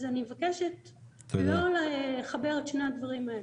אז אני מבקשת לא לחבר את שני הדברים האלה.